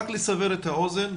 רק לסבר את האוזן,